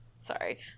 Sorry